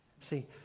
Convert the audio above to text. See